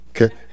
Okay